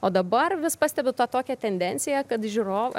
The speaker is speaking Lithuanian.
o dabar vis pastebiu tą tokią tendenciją kad žiūrovai